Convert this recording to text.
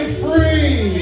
free